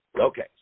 okay